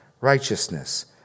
righteousness